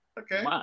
okay